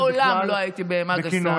אז אני מעולם לא הייתי בהמה גסה.